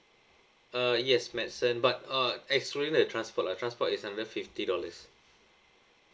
uh yes medicine but uh excluding the transport lah transport is under fifty dollars